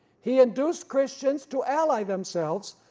he induced christians to ally themselves,